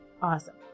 Awesome